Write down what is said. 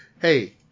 Hey